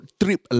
trip